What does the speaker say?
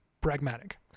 Pragmatic